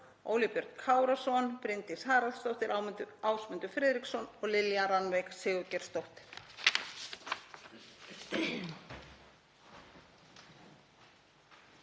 Óli Björn Kárason, Bryndís Haraldsdóttir, Ásmundur Friðriksson og Lilja Rannveig Sigurgeirsdóttir.